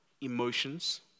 emotions